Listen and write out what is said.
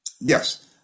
Yes